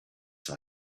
war